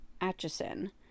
Atchison